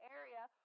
area